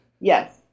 Yes